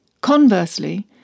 Conversely